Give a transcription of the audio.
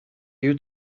you